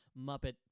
Muppet